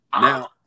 Now